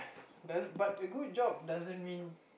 doesn't but a good job doesn't mean